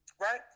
Right